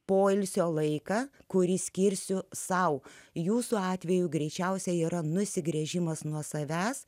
poilsio laiką kurį skirsiu sau jūsų atveju greičiausiai yra nusigręžimas nuo savęs